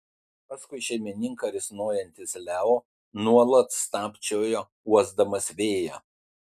paskui šeimininką risnojantis leo nuolat stabčiojo uosdamas vėją